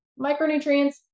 micronutrients